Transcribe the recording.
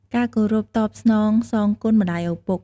ការគោរពតបស្នងសងគុណម្តាយឪពុក។